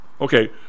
Okay